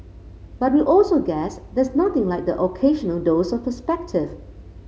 but we also guess there's nothing like the occasional dose of perspective